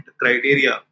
criteria